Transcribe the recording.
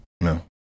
No